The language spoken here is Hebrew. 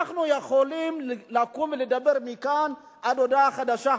אנחנו יכולים להמשיך ולדבר מכאן ועד הודעה חדשה,